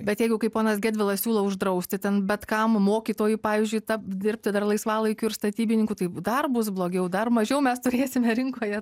bet jeigu kai ponas gedvilas siūlo uždrausti ten bet kam mokytojui pavyzdžiui tap dirbti dar laisvalaikiu ir statybininkų tai dar bus blogiau dar mažiau mes turėsime rinkoje